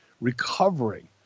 recovering